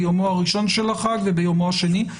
ביומו הראשון של החג וביומו השני,